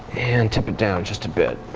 and tip it down just a bit.